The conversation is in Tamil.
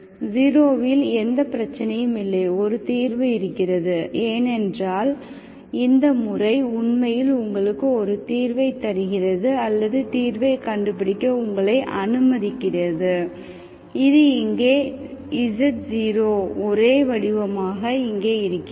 0 இல் எந்த பிரச்சனையும் இல்லை ஒரு தீர்வு இருக்கிறது ஏனென்றால் இந்த முறை உண்மையில் உங்களுக்கு ஒரு தீர்வை தருகிறது அல்லது தீர்வைக் கண்டுபிடிக்க உங்களை அனுமதிக்கிறது இது இங்கே ஒரே வடிவமாக இங்கே இருக்கிறது